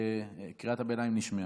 קריאת הביניים נשמעה.